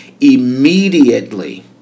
immediately